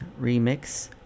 remix